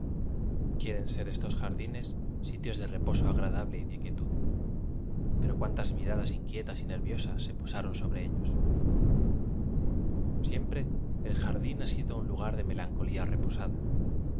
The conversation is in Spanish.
quieren ser estos jardines sitios de reposo agradable y de quietud pero cuántas mi radas inquietas y nerviosas se posaron so bre ellos siempre el jardín ha sido un lugar de melancolía reposada